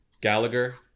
gallagher